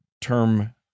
term